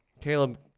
Caleb